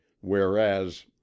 whereas